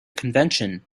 convention